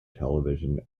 television